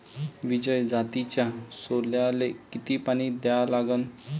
विजय जातीच्या सोल्याले किती पानी द्या लागन?